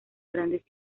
grandes